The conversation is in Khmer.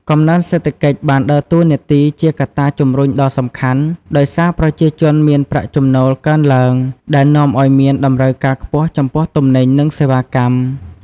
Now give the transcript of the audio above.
កំណើនសេដ្ឋកិច្ចបានដើរតួនាទីជាកត្តាជំរុញដ៏សំខាន់ ដោយសារប្រជាជនមានប្រាក់ចំណូលកើនឡើង ដែលនាំឲ្យមានតម្រូវការខ្ពស់ចំពោះទំនិញ និងសេវាកម្ម។